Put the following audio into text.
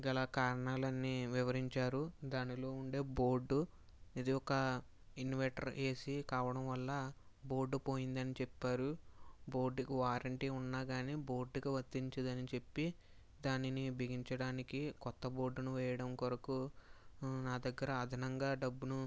గల కారణాలన్నీ వివరించారు దానిలో ఉండే బోర్డు ఇది ఒక ఇన్వర్టర్ ఏసి కావడం వల్ల బోర్డు పోయిందని చెప్పారు బోర్డుకు వారంటీ ఉన్నాకాని బోర్డుకు వర్తించదని చెప్పి దానిని బిగించడానికి కొత్త బోర్డును వేయడం కొరకు నా దగ్గర అదనంగా డబ్బును